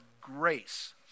grace